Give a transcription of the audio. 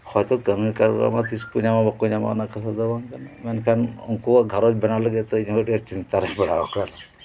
ᱦᱚᱭᱛᱳ ᱠᱟᱹᱢᱤ ᱠᱟᱨᱵᱟᱨ ᱛᱤᱥᱠᱚ ᱧᱟᱢᱟ ᱵᱟᱠᱚ ᱧᱟᱢᱟ ᱚᱱᱟ ᱠᱟᱛᱷᱟ ᱫᱚ ᱵᱟᱝ ᱠᱟᱱᱟ ᱢᱮᱱᱠᱷᱟᱱ ᱩᱱᱠᱩᱣᱟᱜ ᱜᱷᱟᱸᱨᱚᱧᱡᱽ ᱵᱮᱱᱟᱣ ᱞᱟᱹᱜᱤᱫ ᱛᱮ ᱤᱧᱦᱚᱸ ᱠᱟᱹᱴᱤᱡ ᱪᱤᱱᱛᱟᱹ ᱨᱮᱧ ᱯᱟᱲᱟᱣ ᱟᱠᱟᱱᱟ